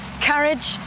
courage